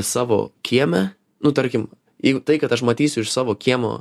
savo kieme nu tarkim į tai kad aš matysiu iš savo kiemo